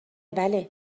بله